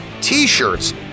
t-shirts